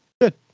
Good